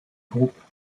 groupes